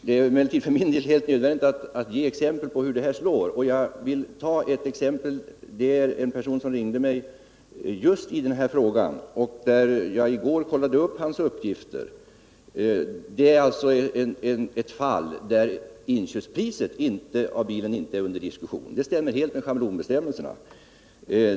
Det är emellertid för min del helt nödvändigt att ge exempel på hur bestämmelserna slår. En person ringde mig i just den här frågan, och i går kontrollerade jag hans uppgifter. Bilens inköpspris är i detta fall inte under diskussion — det stämmer helt med schablonbestämmelserna.